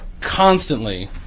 constantly